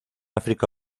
áfrica